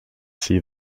see